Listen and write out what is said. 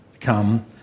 come